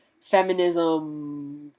feminism